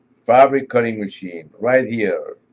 fabric cutting machine, right here.